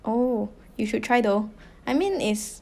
oh you should try though I mean is